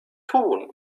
tun